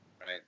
Right